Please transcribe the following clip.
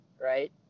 right